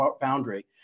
boundary